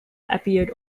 appeared